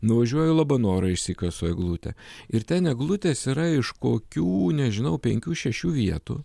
nuvažiuoju į labanorą išsikasu eglutę ir ten eglutės yra iš kokių nežinau penkių šešių vietų